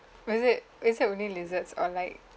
was it is it only lizards or like